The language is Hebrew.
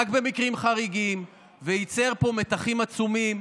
רק במקרים חריגים, וייצר פה מתחים עצומים.